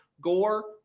Gore